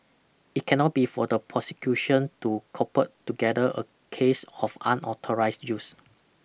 it cannot be for the prosecution to cobble together a case of unauthorised use